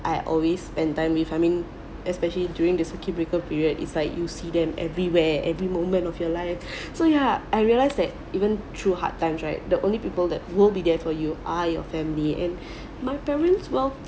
I always spend time with I mean especially during the circuit breaker period is like you see them everywhere every moment of your life so ya I realised that even through hard times right the only people that will be there for you are your family and my parents well